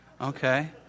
Okay